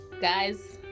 guys